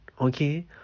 okay